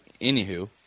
anywho